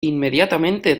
inmediatamente